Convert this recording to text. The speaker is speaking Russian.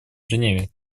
женеве